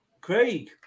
Craig